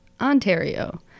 Ontario